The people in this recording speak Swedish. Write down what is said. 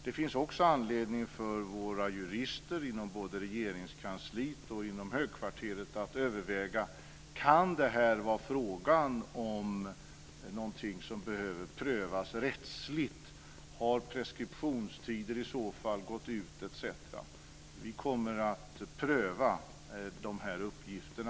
Det finns också anledning för våra jurister inom både Regeringskansliet och inom högkvarteret att överväga om detta kan vara fråga om någonting som behöver prövas rättsligt. Har preskriptionstider i så fall gått ut, etc.? Vi kommer att pröva de här uppgifterna.